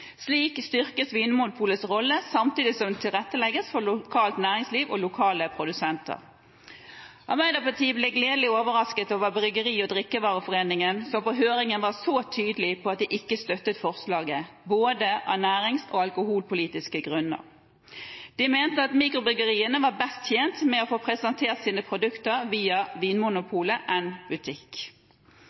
Slik styrkes Vinmonopolets rolle, samtidig som det tilrettelegges for lokalt næringsliv og for lokale produsenter. Arbeiderpartiet ble gledelig overrasket over Bryggeri- og drikkevareforeningen, som på høringen var så tydelig på at de ikke støttet forslaget, både av ernærings- og av alkoholpolitiske grunner. De mente at mikrobryggeriene er best tjent med å få presentert sine produkter via Vinmonopolet enn via butikk,